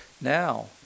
now